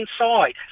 inside